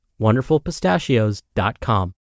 WonderfulPistachios.com